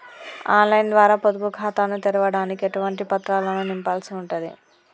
On line ద్వారా పొదుపు ఖాతాను తెరవడానికి ఎటువంటి పత్రాలను నింపాల్సి ఉంటది?